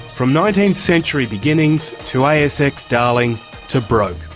from nineteenth-century beginnings to asx darling to broke.